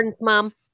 Mom